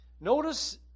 Notice